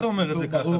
מה אתה אומר את זה ככה?